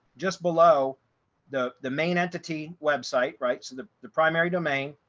just below the the main entity website, right? so the the primary domain,